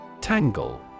Tangle